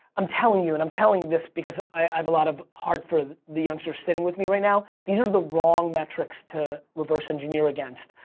i'm telling you and i'm telling this because of a lot of heart for the youngsters sitting with me right now these are the wrong metrics to reverse engineer against.